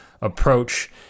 approach